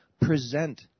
present